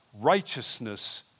righteousness